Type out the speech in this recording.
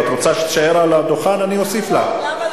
אני מוסיף לה דקה,